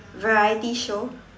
variety show